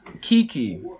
Kiki